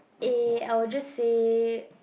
eh I would just say